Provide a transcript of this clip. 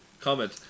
comment